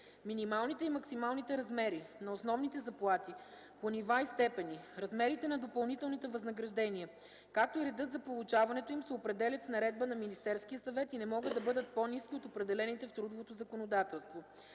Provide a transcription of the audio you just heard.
Минималните и максималните размери на основните заплати по нива и степени, размерите на допълнителните възнаграждения, както и редът за получаването им се определят с наредба на Министерския съвет и не могат да бъдат по-ниски от определените в трудовото законодателство.